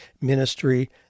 ministry